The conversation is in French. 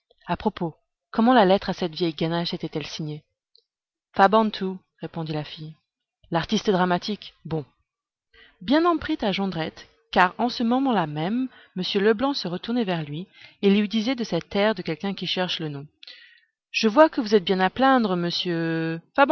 à propos comment la lettre à cette vieille ganache était-elle signée fabantou répondit la fille l'artiste dramatique bon bien en prit à jondrette car en ce moment-là même m leblanc se retournait vers lui et lui disait de cet air de quelqu'un qui cherche le nom je vois que vous êtes bien à plaindre monsieur